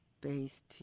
based